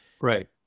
Right